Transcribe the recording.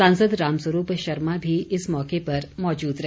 सांसद रामस्वरूप शर्मा भी इस मौके पर मौजूद रहे